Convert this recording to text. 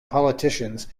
politicians